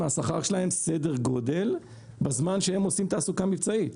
מהשכר שלהם בזמן שהם עושים תעסוקה מבצעית.